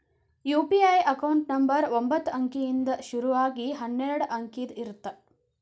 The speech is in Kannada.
ಯು.ಪಿ.ಐ ಅಕೌಂಟ್ ನಂಬರ್ ಒಂಬತ್ತ ಅಂಕಿಯಿಂದ್ ಶುರು ಆಗಿ ಹನ್ನೆರಡ ಅಂಕಿದ್ ಇರತ್ತ